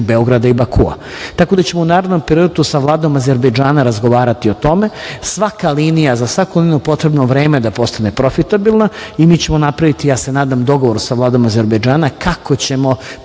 Beograda i Bakua. Tako da ćemo u narednom periodu sa Vladom Azerbejdžana razgovarati o tome. Za svaku liniju je potrebno vreme da postane profitabilna i mi ćemo napraviti, ja se nadam, dogovor sa Vladom Azerbejdžana kako ćemo